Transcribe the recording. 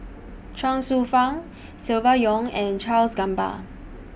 Chuang Hsueh Fang Silvia Yong and Charles Gamba